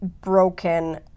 broken